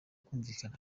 kumvikana